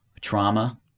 Trauma